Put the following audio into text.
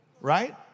Right